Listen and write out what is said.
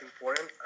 important